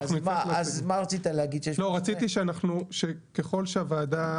אני רציתי שככל והוועדה,